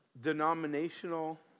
denominational